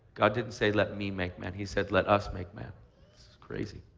god didn't say let me make man. he said let us make man. that's crazy.